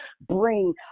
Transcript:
bring